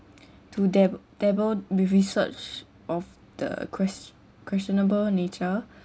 to dab~ dabble with research of the quest~ questionable nature